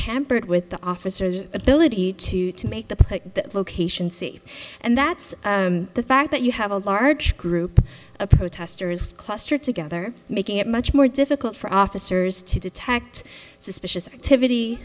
hampered with the officers ability to to make the location see and that's the fact that you have a large group of protesters clustered together making it much more difficult for officers to detect suspicious activity